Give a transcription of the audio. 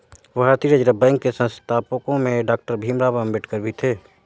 भारतीय reserve bank के संस्थापकों में डॉक्टर भीमराव अंबेडकर भी थे